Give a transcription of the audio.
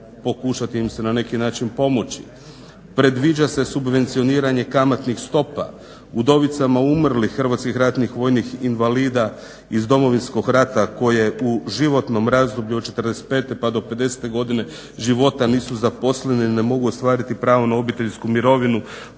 pokušati im se na neki način pomoći. Predviđa se subvencioniranje kamatnih stopa udovicama umrlih hrvatskih ratnih vojnih invalida iz Domovinskog rata koje u životnom razdoblju od 45. pa do 50. godine života nisu zaposlene i ne mogu ostvariti pravo na obiteljsku mirovinu